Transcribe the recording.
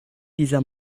dieser